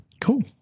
Cool